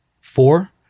Four